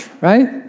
right